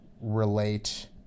relate